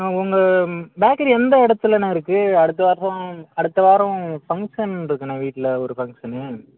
ஆ உங்கள் பேக்கரி எந்த இடத்துலண்ண இருக்குது அடுத்த வாரம் அடுத்த வாரம் ஃபங்க்ஷன் இருக்குண்ண வீட்டில் ஒரு பங்க்ஷனு